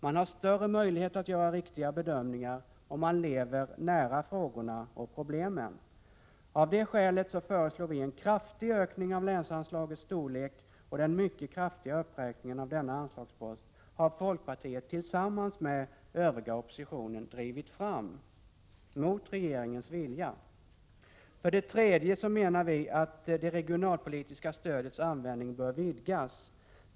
Man har större möjlighet att göra riktiga bedömningar om man lever nära frågorna och problemen. Av det skälet föreslår vi en kraftig ökning av länsanslaget. Den mycket kraftiga uppräkningen av denna anslagspost har folkpartiet tillsammans med övriga i oppositionen drivit fram, mot regeringens vilja. För det tredje menar vi att det regionalpolitiska stödets användning bör vidgas.